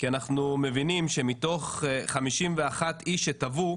כי אנחנו מבינים שמתוך 51 אנשים שטבעו,